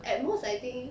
at most I think